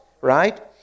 right